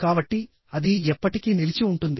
కాబట్టి అది ఎప్పటికీ నిలిచి ఉంటుంది